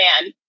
man